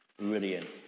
Brilliant